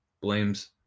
blames